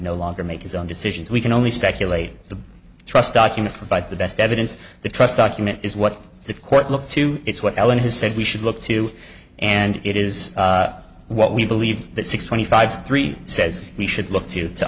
no longer make his own decisions we can only speculate the trust document provides the best evidence the trust document is what the court looked to it's what ellen has said we should look to and it is what we believe that six twenty five three says we should look to to